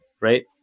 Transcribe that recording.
right